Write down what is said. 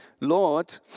Lord